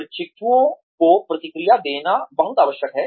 प्रशिक्षुओं को प्रतिक्रिया देना बहुत आवश्यक है